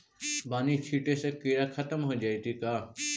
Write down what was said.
बानि छिटे से किड़ा खत्म हो जितै का?